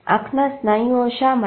આંખના સ્નાયુઓ શા માટે